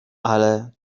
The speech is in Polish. ale